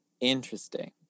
interesting